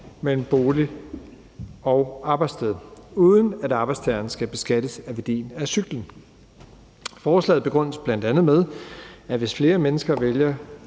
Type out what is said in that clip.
mellem bolig og arbejdssted, uden at arbejdstageren skal beskattes af værdien af cyklen. Forslaget begrundes bl.a. med, at hvis flere mennesker vælger